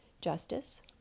Justice